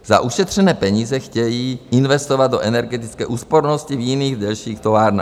Za ušetřené peníze chtějí investovat do energetické úspornosti v jiných, dalších továrnách.